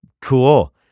Cool